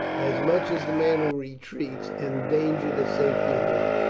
as much as the man who retreats, endanger the safety of all.